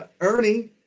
Ernie